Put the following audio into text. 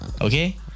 okay